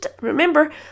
remember